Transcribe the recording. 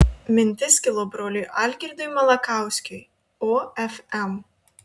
mintis kilo broliui algirdui malakauskiui ofm